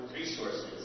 resources